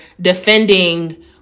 defending